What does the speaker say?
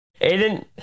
Aiden